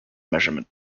measurement